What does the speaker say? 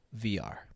VR